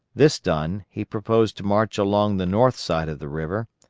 this done, he proposed to march along the north side of the river,